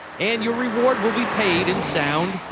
and your reward will be paid in sound,